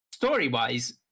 Story-wise